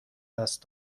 دست